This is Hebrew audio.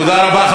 תודה רבה.